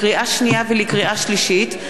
לקריאה שנייה ולקריאה שלישית,